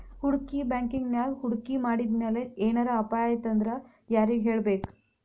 ಹೂಡ್ಕಿ ಬ್ಯಾಂಕಿನ್ಯಾಗ್ ಹೂಡ್ಕಿ ಮಾಡಿದ್ಮ್ಯಾಲೆ ಏನರ ಅಪಾಯಾತಂದ್ರ ಯಾರಿಗ್ ಹೇಳ್ಬೇಕ್?